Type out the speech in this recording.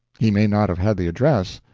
he may not have had the address,